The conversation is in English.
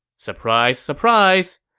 surprise, surprise.